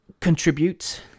contribute